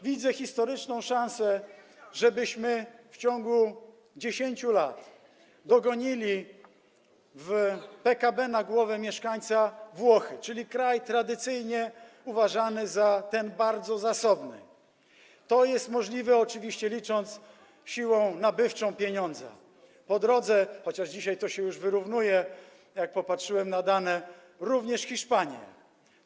Widzę historyczną szansę, żebyśmy w ciągu 10 lat dogonili w przypadku PKB na głowę mieszkańca Włochy, czyli kraj tradycyjnie uważany za ten bardzo zasobny - to jest możliwe, licząc oczywiście siłą nabywczą pieniądza - a po drodze, chociaż dzisiaj to się już wyrównuje, jak popatrzyłem na dane, również Hiszpanię.